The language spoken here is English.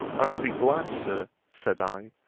i would be glad, sir, said i,